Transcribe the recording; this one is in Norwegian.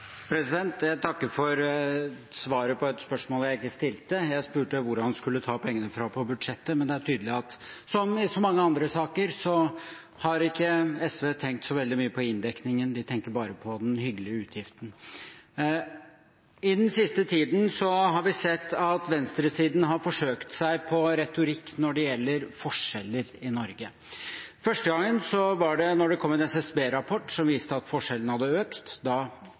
Jeg takker for svaret på et spørsmål jeg ikke stilte. Jeg spurte hvor han skulle ta pengene fra på budsjettet. Men det er tydelig at som i så mange andre saker, har ikke SV tenkt så veldig mye på inndekningen, de tenker bare på den hyggelige utgiften. I den siste tiden har vi sett at venstresiden har forsøkt seg på retorikk når det gjelder forskjeller i Norge. Første gangen var da det kom en SSB-rapport som viste at forskjellene hadde økt. Da